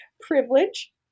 privilege